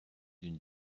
d’une